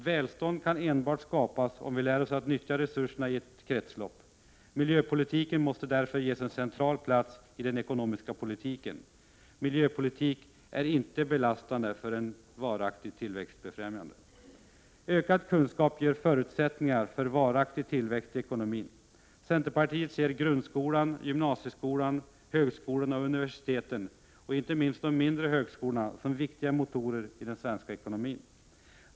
Välstånd kan skapas enbart om vi lär oss nyttja resurserna medan de ingår i ett kretslopp. Miljöpolitiken måste därför ges en central plats i den ekonomiska politiken. Miljöpolitik är inte belastande utan varaktigt tillväxtbefrämjande. Ökad kunskap ger förutsättningar för varaktig tillväxt i ekonomin. Centerpartiet ser grundskolan, gymnasieskolan, högskolorna och universiteten —- inte minst de mindre högskolorna — som viktiga motorer i den svenska ekonomin.